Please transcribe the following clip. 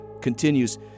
continues